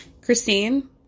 Christine